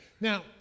Now